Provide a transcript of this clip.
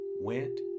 went